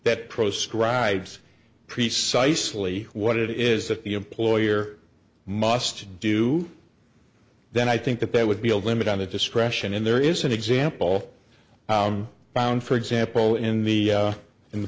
that proscribed precisely what it is that the employer must do then i think that there would be a limit on the discretion in there is an example found for example in the in the